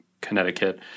Connecticut